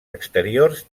exteriors